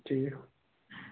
ٹھیٖک